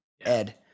Ed